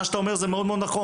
מה שאתה אומר זה מאוד נכון,